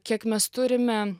kiek mes turime